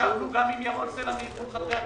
ישבנו גם עם ירון סלע מארגון חדרי הכושר,